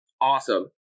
Awesome